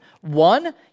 One